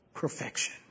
Perfection